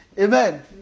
Amen